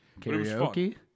Karaoke